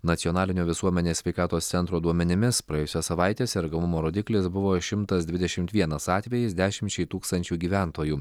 nacionalinio visuomenės sveikatos centro duomenimis praėjusią savaitę sergamumo rodiklis buvo šimtas dvidešimt vienas atvejis dešimčiai tūkstančių gyventojų